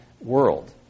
world